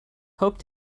hope